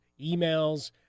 emails